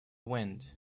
wind